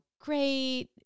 great